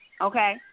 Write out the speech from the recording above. Okay